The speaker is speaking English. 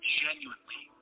genuinely